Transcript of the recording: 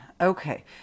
Okay